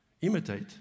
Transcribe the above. imitate